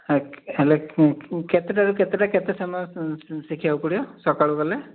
ହେଲେ ହେଲେ କେତେଟାରୁ କେତେଟା କେତେ ସମୟ ଶିଖିବାକୁ ପଡ଼ିବ ସକାଳୁ ଗଲେ